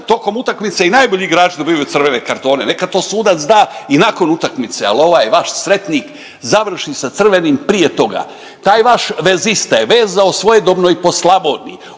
tokom utakmice i najbolji igrači dobivaju crvene kartone, nekad to sudac zna i nakon utakmice, al ovaj vaš sretnik završi sa crvenim prije toga. Taj vaš vezista je vezao svojedobno i po Slavoniji,